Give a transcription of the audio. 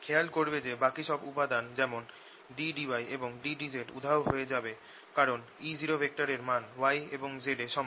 খেয়াল করবে যে বাকি সব উপাদান যেমন ddy এবং ddz উধাও হয়ে যাবে কারণ E0 র মান y এবং z এ সমান